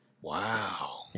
Wow